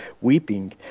weeping